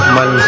Man